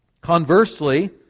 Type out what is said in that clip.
conversely